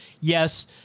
Yes